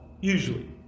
Usually